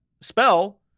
spell